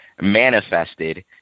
manifested